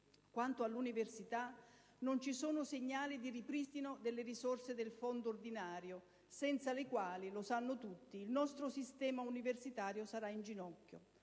Quanto all'università, non ci sono segnali di ripristino delle risorse del Fondo ordinario, senza le quali - lo sanno tutti - il nostro sistema universitario sarà in ginocchio.